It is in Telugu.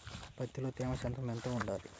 పత్తిలో తేమ శాతం ఎంత ఉండాలి?